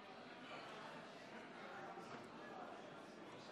ההצבעה על הסתייגות מס'